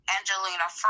Angelina